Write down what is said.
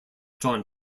john